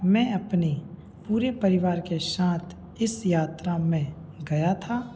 मैं अपने पूरे परिवार के साथ इस यात्रा में गया था